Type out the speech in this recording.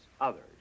others